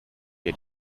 der